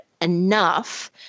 enough